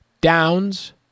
Downs